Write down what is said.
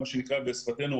מה שנקרא בשפתנו,